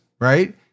right